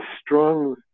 strong